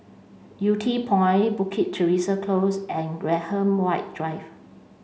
Yew Tee Point Bukit Teresa Close and Graham White Drive